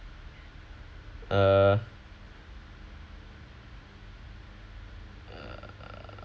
uh err